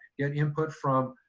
get input from,